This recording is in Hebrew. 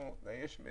חשוב